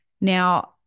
Now